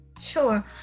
sure